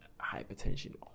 hypertension